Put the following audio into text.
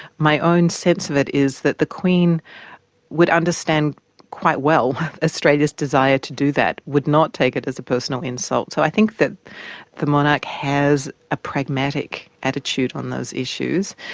my own sense of it is that the queen would understand quite well australia's desire to do that, would not take it as a personal insult. so i think that the monarch has a pragmatic attitude on those issues,